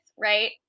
right